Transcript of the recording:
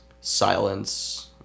silence